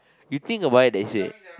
you think about it and say